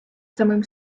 самим